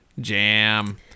Jam